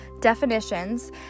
definitions